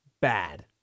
bad